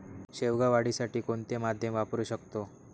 शेवगा वाढीसाठी कोणते माध्यम वापरु शकतो?